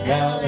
Now